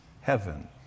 Heaven